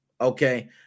okay